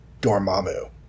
Dormammu